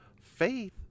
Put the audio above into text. faith